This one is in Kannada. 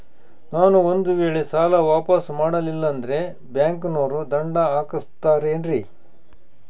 ನಾನು ಒಂದು ವೇಳೆ ಸಾಲ ವಾಪಾಸ್ಸು ಮಾಡಲಿಲ್ಲಂದ್ರೆ ಬ್ಯಾಂಕನೋರು ದಂಡ ಹಾಕತ್ತಾರೇನ್ರಿ?